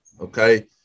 okay